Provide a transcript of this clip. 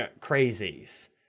crazies